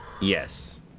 Yes